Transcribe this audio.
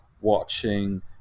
watching